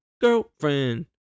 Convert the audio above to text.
girlfriend